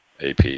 AP